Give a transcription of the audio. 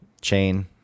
chain